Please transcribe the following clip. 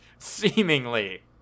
Seemingly